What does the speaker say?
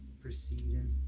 Proceeding